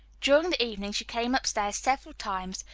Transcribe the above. during the evening she came upstairs several times,